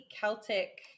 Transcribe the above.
Celtic